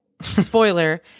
Spoiler